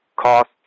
Costs